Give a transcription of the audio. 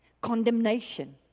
Condemnation